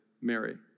Mary